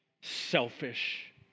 selfish